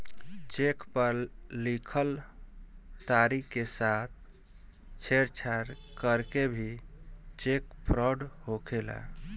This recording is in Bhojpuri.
चेक पर लिखल तारीख के साथ छेड़छाड़ करके भी चेक फ्रॉड होखेला